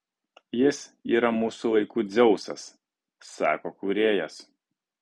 jis yra mūsų laikų dzeusas sako kūrėjas